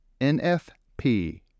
NFP